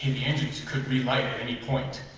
the engines could relight at any point